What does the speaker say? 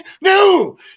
No